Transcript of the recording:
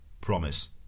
Promise